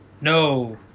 No